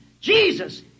Jesus